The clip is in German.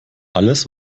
alles